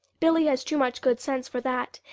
billy has too much good sense for that.